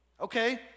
okay